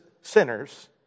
sinners